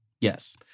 Yes